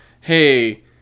hey